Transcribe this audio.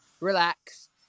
relax